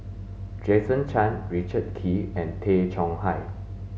Jason Chan Richard Kee and Tay Chong Hai